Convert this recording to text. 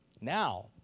now